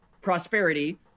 prosperity